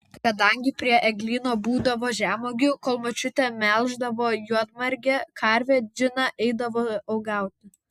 kadangi prie eglyno būdavo žemuogių kol močiutė melždavo juodmargę karvę džiną eidavau uogauti